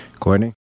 Courtney